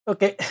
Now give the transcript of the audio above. Okay